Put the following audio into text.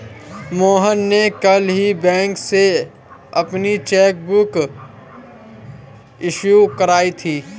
मोहन ने कल ही बैंक से अपनी चैक बुक इश्यू करवाई थी